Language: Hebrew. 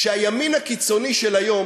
שהימין הקיצוני של היום